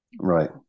Right